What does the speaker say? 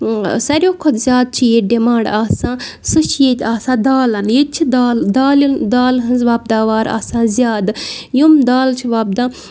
سارِوٕے کھۄتہٕ زیادٕ چھِ ییٚتہِ ڈِمانڈ آسان سُہ چھِ ییٚتہِ آسان دالَن ییٚتہِ چھِ دالہٕ دالٮ۪ن دالہٕ ہٕنٛز وۄپداوار آسان زیادٕ یِم دالہٕ چھِ وۄپدان